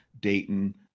Dayton